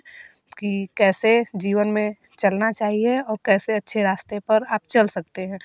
कि कैसे जीवन में चलना चाहिए और कैसे अच्छे रास्ते पर आप चल सकते हैं